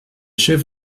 chef